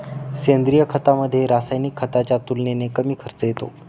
सेंद्रिय खतामध्ये, रासायनिक खताच्या तुलनेने कमी खर्च येतो